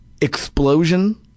explosion